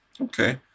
Okay